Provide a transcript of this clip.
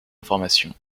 information